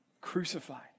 Crucified